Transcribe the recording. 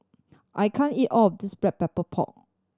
I can't eat all of this Black Pepper Pork